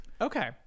Okay